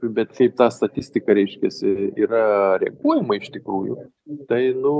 bet į tą statistiką reiškiasi yra reaguojama iš tikrųjų tai nu